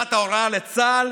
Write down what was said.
נתת הוראה לצה"ל,